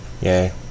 Yay